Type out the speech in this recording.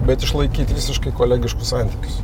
bet išlaikyt visiškai kolegiškus santykius